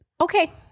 Okay